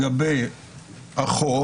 לגבי החוק